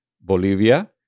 Bolivia